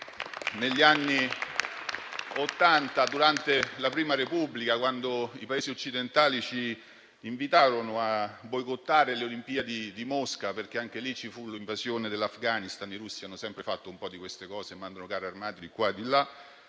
negli anni Ottanta, durante la Prima Repubblica, quando i Paesi occidentali ci invitarono a boicottare le Olimpiadi di Mosca, perché c'era stata l'invasione dell'Afghanistan? I russi hanno sempre fatto un po' di queste cose, mandando carri armati di qua e di là.